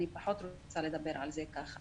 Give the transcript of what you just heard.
שאני פחות רוצה לדבר על זה ככה.